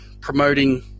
promoting